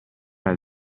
nel